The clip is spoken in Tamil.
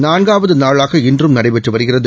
நான்காவது நாளாக இன்றும் நடைபெற்று வருகிறது